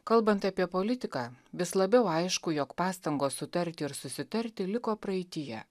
kalbant apie politiką vis labiau aišku jog pastangos sutarti ir susitarti liko praeityje